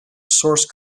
source